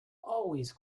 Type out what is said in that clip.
always